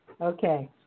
Okay